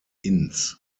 ins